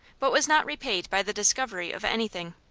but was not repaid by the discovery of anything.